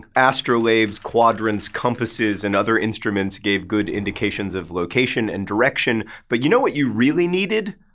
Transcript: astrolabes, quadrants, compasses, and other instruments gave good indications of location and direction but you know what you really needed?